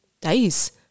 days